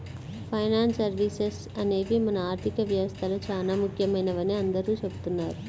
finance services అనేవి మన ఆర్థిక వ్యవస్థలో చానా ముఖ్యమైనవని అందరూ చెబుతున్నారు